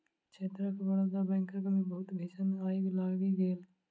क्षेत्रक बड़ौदा बैंकक मे बहुत भीषण आइग लागि गेल